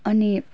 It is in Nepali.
अनि